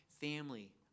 family